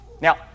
Now